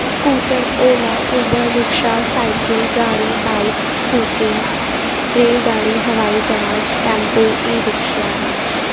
scooter Ola Uber rickshaw cycle गाड़ी bike scooty rail गाड़ी हवाई जहाज टैम्पो ई रिक्शा